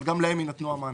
אבל גם להם יינתנו המענקים.